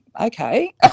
okay